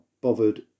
bothered